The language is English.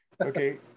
Okay